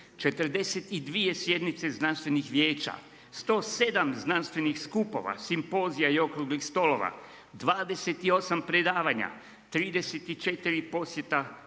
42 sjednice znanstvenih vijeća, 107 znanstvenih skupova, simpozija i okruglih stolova, 28 predavanja, 34 posjeta